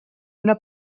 una